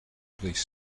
police